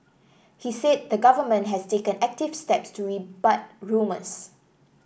he said the Government has taken active steps to rebut rumours